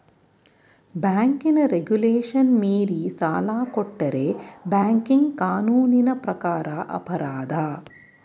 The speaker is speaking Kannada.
ಬ್ಯಾಂಕಿನ ರೆಗುಲೇಶನ್ ಮೀರಿ ಸಾಲ ಕೊಟ್ಟರೆ ಬ್ಯಾಂಕಿಂಗ್ ಕಾನೂನಿನ ಪ್ರಕಾರ ಅಪರಾಧ